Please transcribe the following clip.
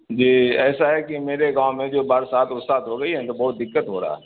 جی ایسا ہے کہ میرے گاؤں میں جو برسات ارسات ہو گئی ہے نا تو بہت دقت ہو رہا ہے